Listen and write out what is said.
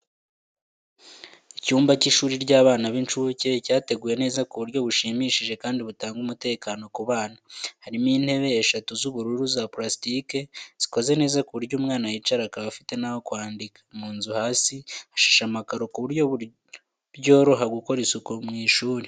Icyumba cy’ishuri ry'abana b’incuke cyateguwe neza ku buryo bushimishije kandi butanga umutekano ku bana. Harimo intebe eshatu z'ubururu za pulasitike zikoze neza ku buryo umwana yicara akaba afite n'aho kwandikira. Mu nzu hasi hashashe amakaro ku buryo byoroha gukora isuku mu ishuri.